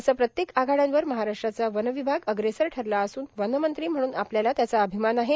असे प्रत्येक आघाडयांवर महाराष्ट्राचा वनविभाग अश्रेसर ठरला असून वनमंत्री म्हणून आपल्याला त्याचा अभिमान आहे